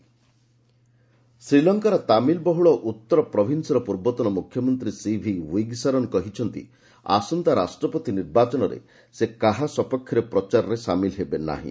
ଲଙ୍କା ତାମିଲ ଶ୍ରୀଲଙ୍କାର ତାମିଲ ବହୁଳ ଉତ୍ତର ପ୍ରୋଭିନ୍ସର ପୂର୍ବତନ ମୁଖ୍ୟମନ୍ତ୍ରୀ ସିଭି ୱିଗନେଶ୍ୱରନ୍ କହିଛନ୍ତି ଆସନ୍ତା ରାଷ୍ଟ୍ରପତି ନିର୍ବାଚନରେ ସେ କାହା ସପକ୍ଷରେ ପ୍ରଚାରରେ ସାମିଲ ହେବେ ନାହିଁ